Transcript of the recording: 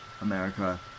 America